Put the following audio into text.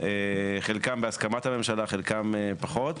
חלקם בהסכמת הממשלה, חלקם פחות.